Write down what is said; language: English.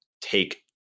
take